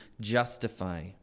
justify